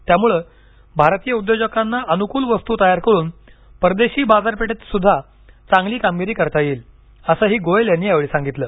त्यामुळं भारतीय उद्योजकांना अनुकूल वस्तूतयार करून परदेशी बाजारपेठेतसुद्धा चांगली कामगिरी करता येईल असंही गोयल यांनी यावेळी सांगितलं